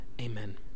Amen